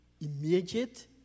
immediate